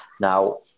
Now